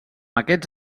aquests